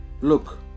Look